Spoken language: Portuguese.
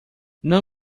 não